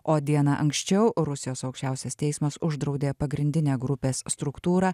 o diena anksčiau rusijos aukščiausias teismas uždraudė pagrindinę grupės struktūrą